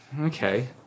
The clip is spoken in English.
Okay